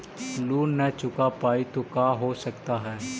Loan न चुका पाई तो का हो सकता है?